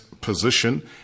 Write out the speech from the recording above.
position